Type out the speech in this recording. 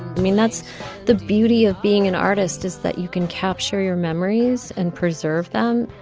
i mean that's the beauty of being an artist is that you can capture your memories and preserve them.